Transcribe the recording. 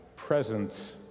Presence